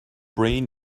brain